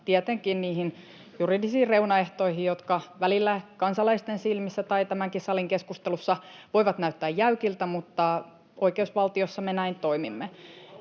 tietenkin niihin juridisiin reunaehtoihin, jotka välillä kansalaisten silmissä tai tämänkin salin keskustelussa voivat näyttää jäykiltä — mutta oikeusvaltiossa me näin toimimme.